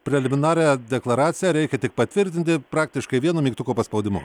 preliminarią deklaraciją reikia tik patvirtinti praktiškai vienu mygtuko paspaudimu